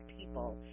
people